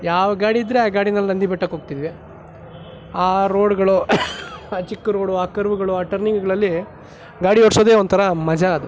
ಯಾವ ಗಾಡಿ ಇದ್ದರೆ ಆ ಗಾಡಿನಲ್ಲಿ ನಂದಿ ಬೆಟ್ಟಕ್ಕೆ ಹೋಗ್ತಿದ್ವಿ ಆ ರೋಡ್ಗಳು ಆ ಚಿಕ್ಕ ರೋಡು ಆ ಕರ್ವ್ಗಳು ಆ ಟರ್ನಿಂಗ್ಗಳಲ್ಲಿ ಗಾಡಿ ಓಡಿಸೋದೇ ಒಂಥರ ಮಜಾ ಅದು